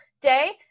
day